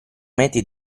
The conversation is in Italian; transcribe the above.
metri